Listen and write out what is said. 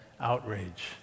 outrage